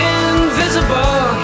invisible